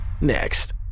next